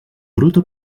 gruta